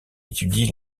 étudie